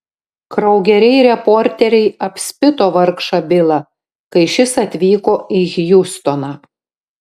kraugeriai reporteriai apspito vargšą bilą kai šis atvyko į hjustoną